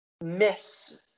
Miss